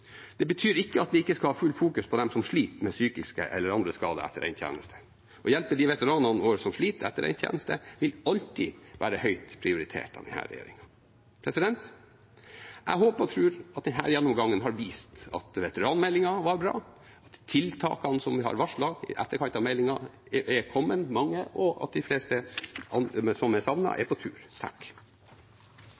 Det betyr ikke at vi ikke skal ha fullt fokus på dem som sliter med psykiske eller andre skader etter endt tjeneste. Å hjelpe de veteranene våre som sliter etter endt tjeneste, vil alltid være høyt prioritert av denne regjeringen. Jeg håper og tror at denne gjennomgangen har vist at veteranmeldingen var bra. Mange av tiltakene som vi har varslet i etterkant av meldingen, er kommet, og de fleste som er savnet, er på gang. Regjeringen har levert en stortingsmelding om veteranene, veteranmeldingen, som